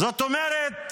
זאת אומרת,